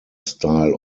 style